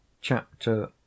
Chapter